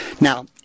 Now